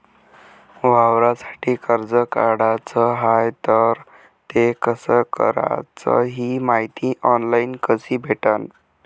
वावरासाठी कर्ज काढाचं हाय तर ते कस कराच ही मायती ऑनलाईन कसी भेटन?